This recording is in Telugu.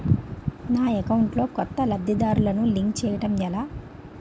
నా అకౌంట్ లో కొత్త లబ్ధిదారులను లింక్ చేయటం ఎలా?